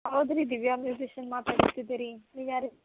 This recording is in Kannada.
ಹೌದು ರೀ ದಿವ್ಯ ಮ್ಯೂಸಿಷಿಯನ್ ಮಾತಾಡ್ತಿದ್ದಿರಿ ನೀವು ಯಾರು